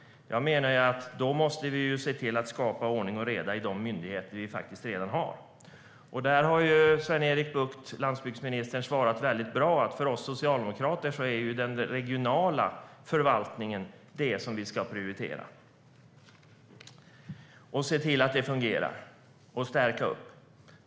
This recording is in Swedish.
Jag menar att vi då måste se till att skapa ordning och reda i de myndigheter som vi faktiskt redan har. Landsbygdsminister Sven-Erik Bucht har svarat mycket bra, nämligen att det enligt oss socialdemokrater är den regionala förvaltningen som vi ska prioritera, se till att den fungerar och stärka.